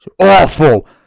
awful